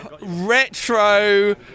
retro